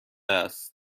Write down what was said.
است